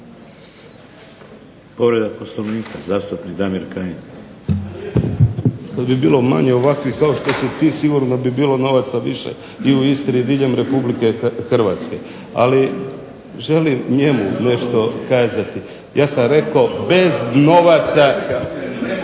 Povreda Poslovnika, zastupnik Damir Kajin. **Kajin, Damir (IDS)** Kada bi bilo manje ovakvih kao što si ti, sigurno bi bilo novaca više. I u Istri i diljem Republike Hrvatske. Ali želim njemu nešto kazati, ja sam rekao bez novaca se